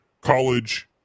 college